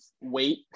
weight